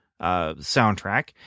soundtrack